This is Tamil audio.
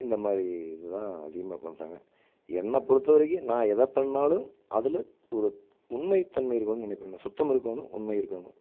இந்த மாதிரி இதுதான் அதிகமாக பண்ணுறாங்க என்னை பொறுத்தவரைக்கும் நான் எதை பண்ணிணாலும் அதில் ஒரு உண்மை தன்மை இருக்கணுனு நினைப்பேன் நான் சுத்தம் இருக்கணும் உண்மை இருக்கணும்